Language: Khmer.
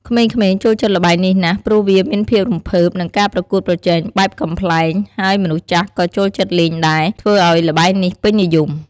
ក្មេងៗចូលចិត្តល្បែងនេះណាស់ ព្រោះវាមានភាពរំភើប និងការប្រកួតប្រជែងបែបកំប្លែង ហើយមនុស្សចាស់ក៏ចូលចិត្តលេងដែរ ធ្វើឱ្យល្បែងនេះពេញនិយម។